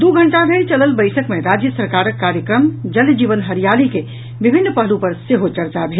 दू घंटा धरि चलल बैसक मे राज्य सरकारक कार्यक्रम जल जीवन हरियाली के विभिन्न पहलू पर सेहो चर्चा भेल